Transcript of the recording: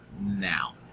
Now